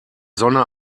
sonne